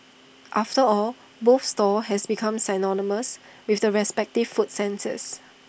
after all both stalls has become synonymous with the respective food senses